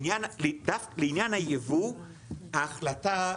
לעניין הייבוא, ההחלטה,